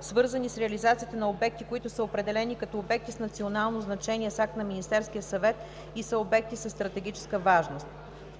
свързани с реализацията на обекти, които са определени като обекти с национално значение с акт на Министерския съвет и са обекти със стратегическа важност“.